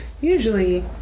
usually